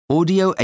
Audio